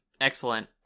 excellent